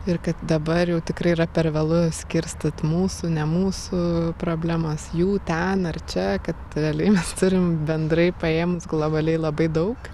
ir kad dabar jau tikrai yra per vėlu skirstyt mūsų ne mūsų problemos jų ten ar čia kad realiai mes turim bendrai paėmus globaliai labai daug